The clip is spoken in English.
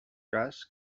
gas